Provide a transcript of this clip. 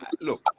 look